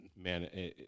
man